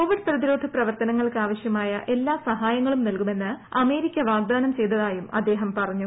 Covid പ്രതിരോധ പ്രവർത്തനങ്ങൾക്കാവശ്യമായ എല്ലാ സഹായങ്ങളും നൽകുമെന്ന് അമേരിക്ക വാഗ്ദാനം ചെയ്തതായും അദ്ദേഹം പറഞ്ഞു